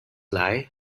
lie